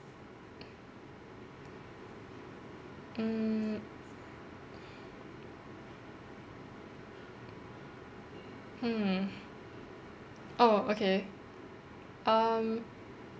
mm hmm oh okay um